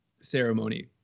ceremony